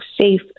safe